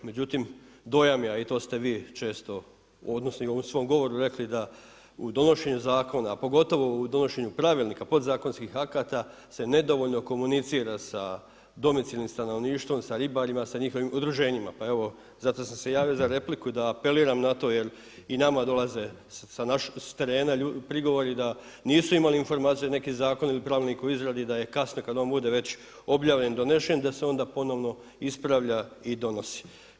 Međutim, dojam je a i to ste vi često u odnosima u svom govoru rekli da u donošenju zakona a pogotovo u donošenju pravilnika, podzakonskih akata se nedovoljno komunicira sa domicilnim stanovništvom, sa ribarima, sa njihovim udruženjima, pa evo zato sam se i ja za repliku da apeliram na to jer i nama dolaze sa terena prigovori da nisu imali informaciju neki zakoni ili pravilnik o izradi da je kasno kad on bude već objavljen donesen da se onda ponovno ispravlja i donosi.